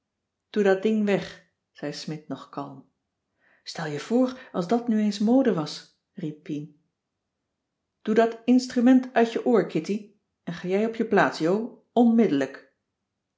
doe dat ding weg zei smidt nog kalm stel je voor als dat nu eens mode was riep pien doe dat instrument uit je oor kitty en ga jij op je plaats jo onmiddellijk